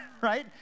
right